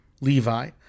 Levi